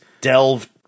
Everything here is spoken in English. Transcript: Delve